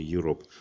Europe